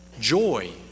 joy